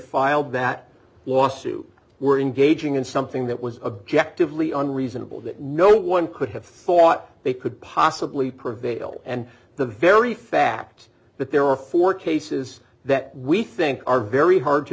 filed that lawsuit were engaging in something that was objective leean reasonable that no one could have thought they could possibly prevail and the very fact that there are four cases that we think are very hard to